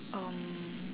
um